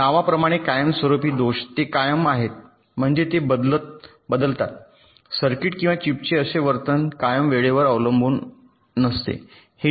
नावाप्रमाणे कायमस्वरूपी दोष ते कायम आहेत म्हणजे ते बदलतात सर्किट किंवा चिपचे असे वर्तन जे कायम वेळेवर अवलंबून नसते